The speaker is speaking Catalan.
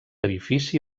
edifici